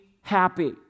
happy